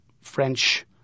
French